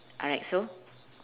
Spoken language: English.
alright so